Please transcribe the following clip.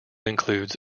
includes